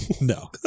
No